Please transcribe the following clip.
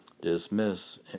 Dismiss